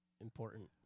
important